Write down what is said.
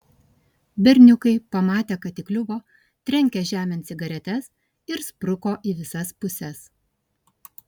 berniukai pamatę kad įkliuvo trenkė žemėn cigaretes ir spruko į visas puses